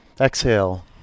Exhale